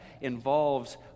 involves